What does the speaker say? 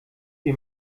wie